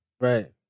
Right